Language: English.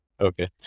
Okay